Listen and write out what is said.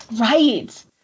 Right